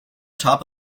top